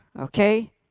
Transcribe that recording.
okay